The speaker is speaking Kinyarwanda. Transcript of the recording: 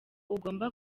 ugomba